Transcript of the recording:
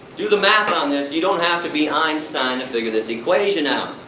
do the math on this, you don't have to be einstein to figure this equation out.